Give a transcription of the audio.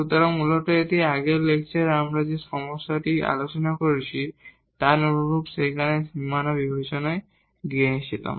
সুতরাং মূলত এটি আগের লেকচারে আমরা যে সমস্যাটি আলোচনা করেছি তার অনুরূপ যেখানে আমরা বাউন্ডারি বিবেচনায় নিয়েছিলাম